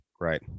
Right